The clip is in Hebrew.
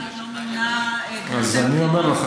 השתתפותך,